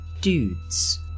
dudes